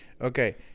Okay